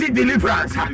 deliverance